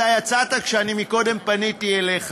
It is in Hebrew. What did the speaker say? אתה יצאת כשאני קודם פניתי אליך.